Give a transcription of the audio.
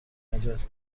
نجات